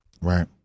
Right